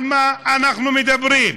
על מה אנחנו מדברים.